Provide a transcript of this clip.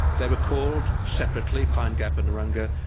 they were called separately, pine gap and urunga,